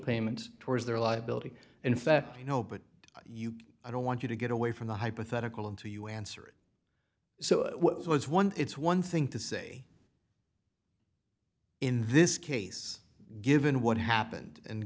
payment towards their liability in effect you know but i don't want you to get away from the hypothetical into you answer it so which was one it's one thing to say in this case given what happened and